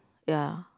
ya